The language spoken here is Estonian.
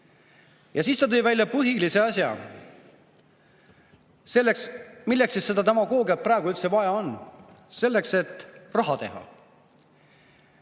Ja siis ta tõi välja põhilise asja. Milleks seda demagoogiat praegu üldse vaja on? Selleks, et raha teha.